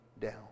down